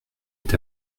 est